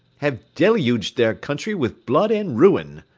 have deluged their country with blood and ruin.